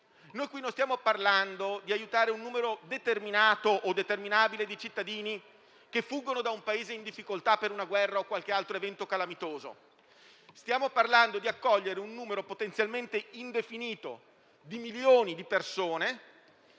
Noi qui non stiamo parlando di aiutare un numero determinato o determinabile di cittadini che fuggono da un Paese in difficoltà per una guerra o qualche altro evento calamitoso; stiamo parlando di accogliere un numero potenzialmente indefinito di persone